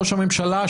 ראש הממשלה,